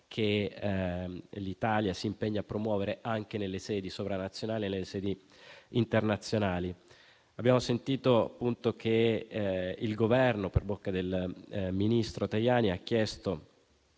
che l'Italia si impegna a promuovere anche nelle sedi sovranazionali e internazionali. Abbiamo sentito che il Governo, per bocca del ministro Tajani, ha chiesto